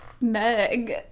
Meg